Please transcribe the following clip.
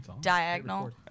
diagonal